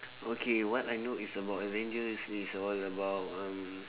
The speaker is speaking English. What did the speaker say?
okay what I know is about avengers is all about um